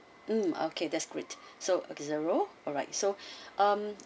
mm okay that's great so okay zero alright so um